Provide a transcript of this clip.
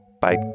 Bye